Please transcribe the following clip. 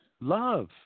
Love